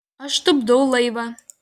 aš tupdau laivą